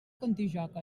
contijoch